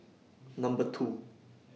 Number two